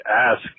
ask